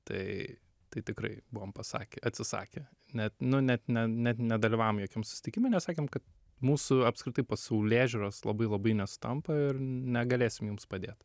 tai tai tikrai buvom pasakę atsisakę net nu net ne net nedalyvavom jokiam susitikime mes sakėm kad mūsų apskritai pasaulėžiūros labai labai nesutampa ir negalėsim jums padėt